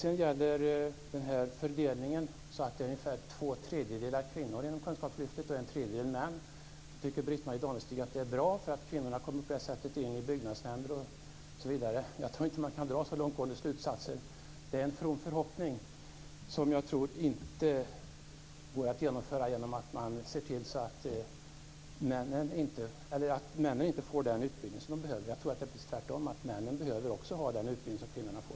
När det gäller fördelningen, med ungefär två tredjedelar kvinnor och en tredjedel män inom kunskapslyftet, tycker Britt-Marie Danestig att det är bra därför att kvinnor på det sättet kommer in i byggnadsnämnder osv. Jag tror inte att man kan dra så långtgående slutsatser. Det är en from förhoppning, och jag tror inte att det går att genomföra det genom att männen inte får den utbildning som de behöver. Jag tror att det är tvärtom, att männen också behöver den utbildning som kvinnorna får.